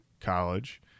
college